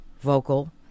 vocal